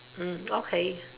hmm okay